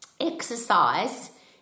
exercise